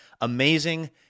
amazing